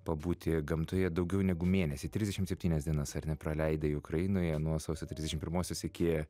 pabūti gamtoje daugiau negu mėnesį trisdešimt septynias dienas ar nepraleidai ukrainoje nuo sausio trisdešim pirmosios iki